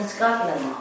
Scotland